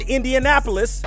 Indianapolis